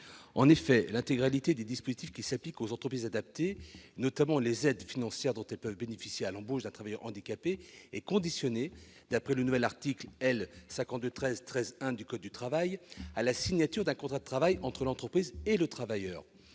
En effet, l'intégralité des dispositifs qui s'appliquent aux entreprises adaptées, notamment les aides financières dont elles peuvent bénéficier à l'embauche d'un travailleur handicapé, est conditionnée, d'après le nouvel article L. 5213-13-1 du code du travail, à la signature d'un contrat de travail entre l'entreprise et le travailleur.